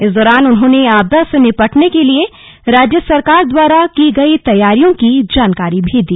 इस दौरान उन्होंने आपदा से निपटने के लिए राज्य सरकार द्वारा की गई तैयारियों की जानकारी भी दी